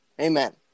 Amen